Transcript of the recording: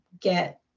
get